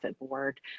board